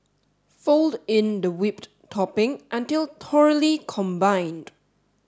fold in the whipped topping until thoroughly combined